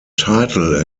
title